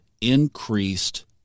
increased